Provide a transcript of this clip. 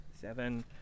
Seven